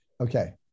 Okay